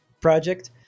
project